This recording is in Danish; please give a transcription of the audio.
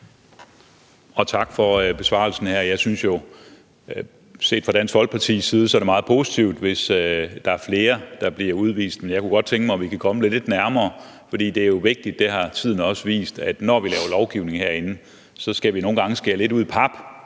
Tak for besvarelsen her. Jeg synes jo, at det set fra Dansk Folkepartis side er meget positivt, hvis der er flere, der bliver udvist, men jeg kunne godt tænke mig, om vi kunne komme det lidt nærmere, for det her er vigtigt, og tiden har også vist, at når vi laver lovgivning herinde, skal vi nogle gange skære det lidt ud i pap